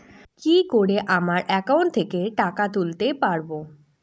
কি করে আমার একাউন্ট থেকে টাকা তুলতে পারব?